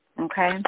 okay